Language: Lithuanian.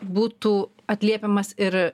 būtų atliepiamas ir